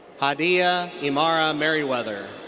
hadiyah imara merriweather.